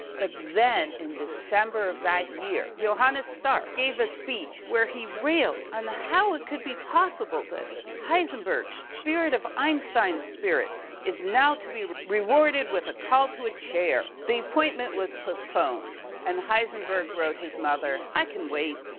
but then in december of that year, johannas stark gave a speech where he reeled on how it could be possible that heisenberg, spirit of einstein's spirit is now to be rewarded with a call to a chair. the appointment was postponed and heisenberg wrote his mother. i can wait,